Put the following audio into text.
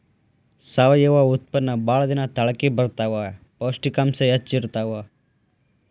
ಸಾವಯುವ ಉತ್ಪನ್ನಾ ಬಾಳ ದಿನಾ ತಾಳಕಿ ಬರತಾವ, ಪೌಷ್ಟಿಕಾಂಶ ಹೆಚ್ಚ ಇರತಾವ